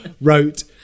wrote